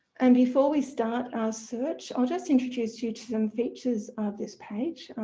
and before we start our search i'll just introduce you to some features of this page,